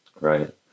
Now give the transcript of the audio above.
right